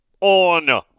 on